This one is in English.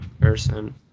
person